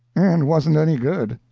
and wasn't any good.